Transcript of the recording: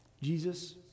Jesus